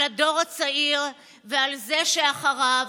על הדור הצעיר ועל זה שאחריו,